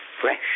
fresh